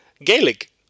Gaelic